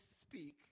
speak